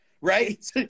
Right